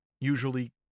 usually